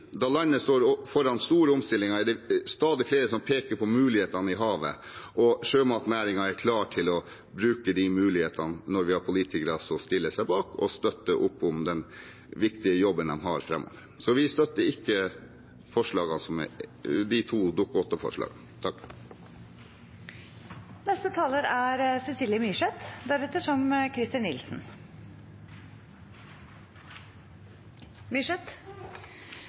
da landet står foran store omstillinger, er det stadig flere som peker på mulighetene i havet, og sjømatnæringen er klar til å bruke de mulighetene når vi har politikere som stiller seg bak og støtter opp om den viktige jobben de har framover. Vi støtter ikke de to Dokument 8-forslagene. Først vil jeg ønske ministeren velkommen til salen. Det er